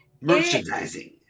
Merchandising